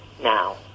now